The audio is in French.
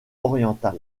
oriental